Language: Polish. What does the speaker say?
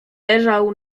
leżał